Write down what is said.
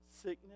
sickness